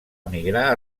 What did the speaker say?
emigrar